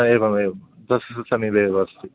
एवमेवं तस्य समीपे एव अस्ति